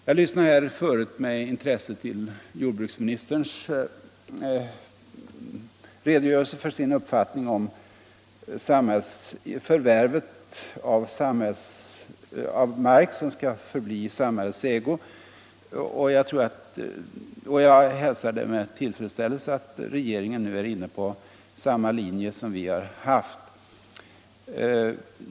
Jag lyssnade nyss med intresse på jordbruksministerns redogörelse för sin uppfattning om samhällets förvärv av mark, och jag hälsar med tillfredsställelse att regeringen nu är inne på samma linje som vi har.